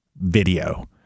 video